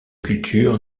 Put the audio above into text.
culture